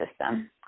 system